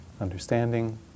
understanding